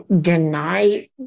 deny